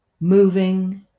moving